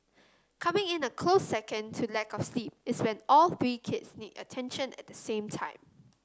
coming in a close second to lack of sleep is when all three kids need attention at the same time